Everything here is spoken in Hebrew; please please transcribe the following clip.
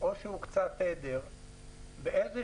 או שהוקצה תדר ברבעון